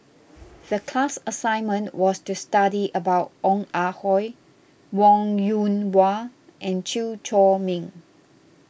the class assignment was to study about Ong Ah Hoi Wong Yoon Wah and Chew Chor Meng